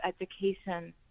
education